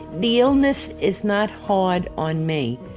the illness is not hard on me.